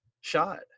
shot